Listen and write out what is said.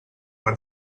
per